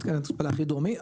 מתקן ההתפלה הכי דרומי,